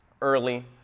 early